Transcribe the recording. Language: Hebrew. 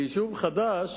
ליישוב חדש.